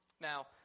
Now